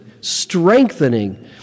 strengthening